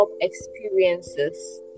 experiences